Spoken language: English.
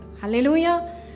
Hallelujah